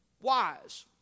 wise